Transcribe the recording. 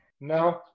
no